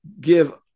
give